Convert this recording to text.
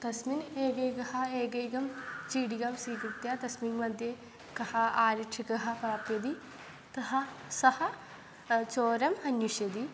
तस्मिन् एकेकाम् एकेकां चीटिकां स्वीकृत्य तस्मिन्मध्ये कः आरक्षकः प्राप्यति तः सः चोरम् अन्विषति